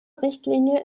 richtlinie